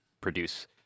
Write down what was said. produce